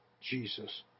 Jesus